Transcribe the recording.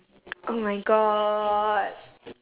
oh my god